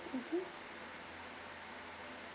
mmhmm